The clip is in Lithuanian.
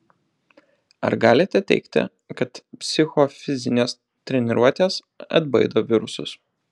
ar galite teigti kad psichofizinės treniruotės atbaido virusus